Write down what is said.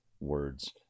words